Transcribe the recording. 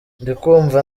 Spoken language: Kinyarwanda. ndikumva